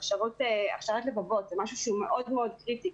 הכשרת לבבות, זה משהו שהוא מאוד מאוד קריטי.